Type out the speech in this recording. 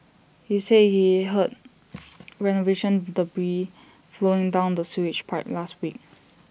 he said he heard renovation debris flowing down the sewage pipe last week